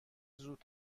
زود